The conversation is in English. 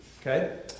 Okay